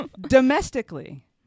Domestically